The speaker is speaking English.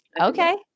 Okay